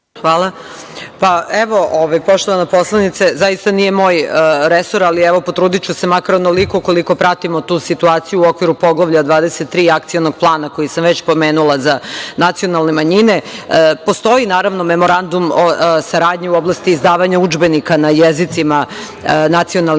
Hvala. Evo, poštovana poslanice, zaista nije moj resor, ali potrudiću se, makar onoliko koliko pratimo tu situaciju u okviru Poglavlja 23 i Akcionog plana koji sam već pomenula za nacionalne manjine. Postoji Memorandum o saradnji u oblasti izdavanja udžbenika na jezicima nacionalnih manjina